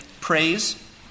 praise